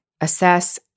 assess